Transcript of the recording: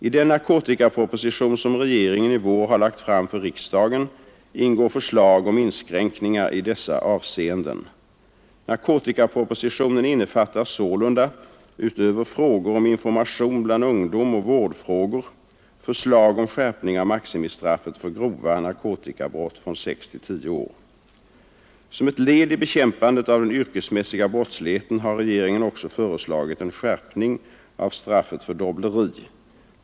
I den narkotikaproposition som regeringen i vår har lagt fram för riksdagen ingår förslag om inskränkningar i dessa avseenden. Narkotikapropositionen innefattar sålunda, utöver frågor om information bland ungdom och vårdfrågor, förslag om skärpning av maximistraffet för grova narkotikabrott från sex till tio år. Som ett led i bekämpandet av den yrkesmässiga brottsligheten har regeringen också föreslagit en skärpning av straffet för dobbleri.